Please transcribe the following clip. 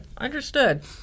Understood